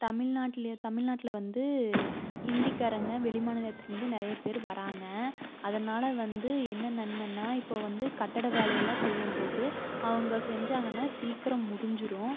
தமில்நாட்லேயோ தமில்நாட்டில் வந்து ஹிந்திக்காரங்க வெளிமாநிலத்தில் இருந்து நிறைய பேர் வராங்க அதனால் வந்து என்ன நன்மைன்னா இப்போ வந்து கட்டிட வேலை எல்லாம் செய்யும் போது அவங்க செஞ்சாங்கன்னா சீக்கிரம் முடுஞ்சுடும்